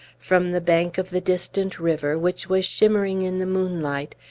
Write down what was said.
from the bank of the distant river, which was shimmering in the moonlight,